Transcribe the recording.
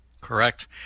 Correct